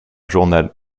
journal